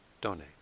donate